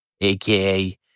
AKA